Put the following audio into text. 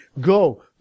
go